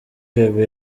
gaga